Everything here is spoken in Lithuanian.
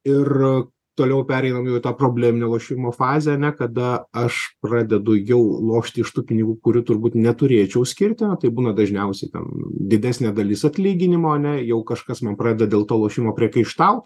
ir toliau pereinam jau į tą probleminio lošimo fazę ane kada aš pradedu jau lošti iš tų pinigų kurių turbūt neturėčiau skirti tai būna dažniausiai ten didesnė dalis atlyginimo ne jau kažkas man pradeda dėl to lošimo priekaištaut